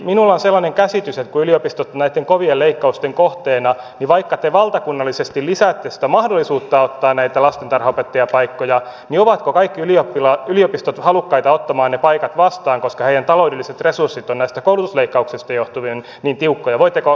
minulla on sellainen käsitys että kun yliopistot ovat näitten kovien leikkausten kohteena niin vaikka te valtakunnallisesti lisäätte sitä mahdollisuutta ottaa näitä lastentarhanopettajapaikkoja niin on epävarmaa ovatko kaikki yliopistot halukkaita ottamaan ne paikat vastaan koska heidän taloudelliset resurssinsa ovat näistä koulutusleikkauksista johtuen niin tiukkoja